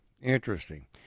Interesting